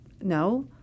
No